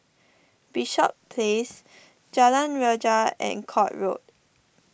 Bishops Place Jalan Rajah and Court Road